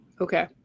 Okay